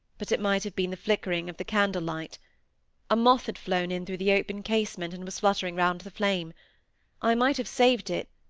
but it might have been the flickering of the candlelight a moth had flown in through the open casement, and was fluttering round the flame i might have saved it,